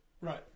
Right